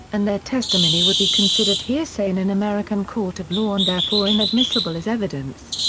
and their testimony would be considered hearsay in an american court of law and therefore inadmissible as evidence.